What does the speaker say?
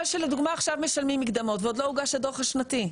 זה בגלל שלדוגמא עכשיו משלמים מקדמות ועוד לא הוגש הדו"ח השנתי.